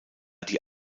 die